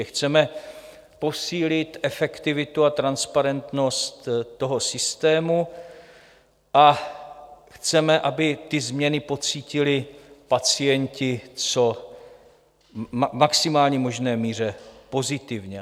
Chceme posílit efektivitu a transparentnost toho systému a chceme, aby ty změny pocítili pacienti v maximálně možné míře pozitivně.